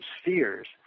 spheres